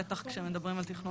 בטח כשמדברים על תכנון ובנייה.